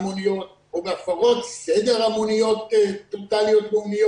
המוניות או בהפרות סדר המוניות לאומיות